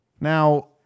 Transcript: Now